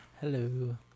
hello